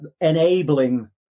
enabling